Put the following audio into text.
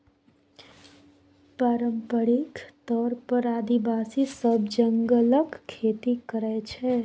पारंपरिक तौर पर आदिवासी सब जंगलक खेती करय छै